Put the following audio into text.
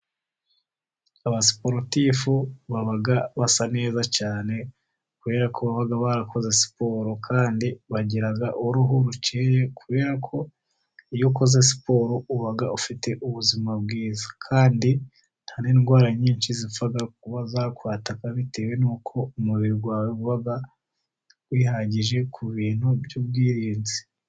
Aba siporutifu baba basa neza cyane, kubera ko baba barakoze siporo, kandi bagira uruhu rukeye kubera ko iyo ukoze siporo ubaga ufite ubuzima bwiza, kandi nta n'indwara nyinshi zipfa kuba zakwataka bitewe n'uko umubiri wawe ubaga wihagije ku bintu by'ubwirinzi.